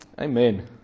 Amen